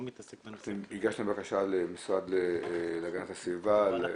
וזה קיבל את אישור איכות הסביבה לבטיחות.